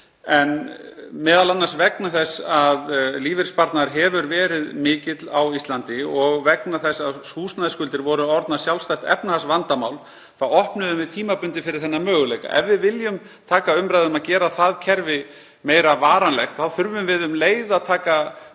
En m.a. vegna þess að lífeyrissparnaður hefur verið mikill á Íslandi og vegna þess að húsnæðisskuldir voru orðnar sjálfstætt efnahagsvandamál þá opnuðum við tímabundið fyrir þennan möguleika. Ef við viljum taka umræðu um að gera það kerfi meira varanlegt þurfum við um leið að taka breiðari